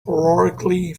heroically